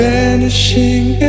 Vanishing